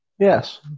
Yes